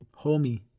Homie